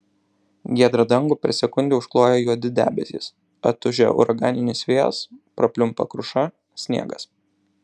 giedrą dangų per sekundę užkloja juodi debesys atūžia uraganinis vėjas prapliumpa kruša sniegas